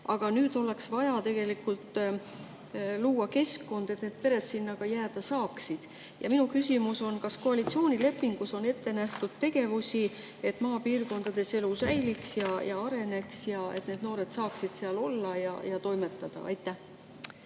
Aga nüüd oleks vaja luua keskkond, kuhu need pered ka jääda saaksid. Ja minu küsimus on: kas koalitsioonilepingus on ette nähtud tegevusi, et maapiirkondades elu säiliks ja areneks ning et need noored saaksid seal olla ja toimetada? Aitäh!